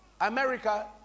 America